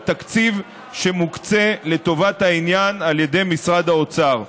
על תקציב שמוקצה לטובת העניין על ידי משרד האוצר.